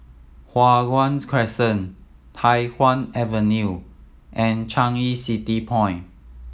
Hua Guan Crescent Tai Hwan Avenue and Changi City Point